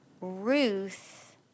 Ruth